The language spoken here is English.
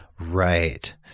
Right